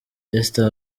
esther